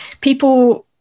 people